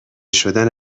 شدن